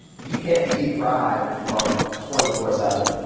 you can't be pride month twenty four seven,